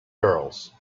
girls